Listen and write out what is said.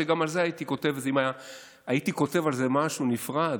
גם על זה הייתי כותב משהו נפרד,